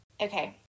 Okay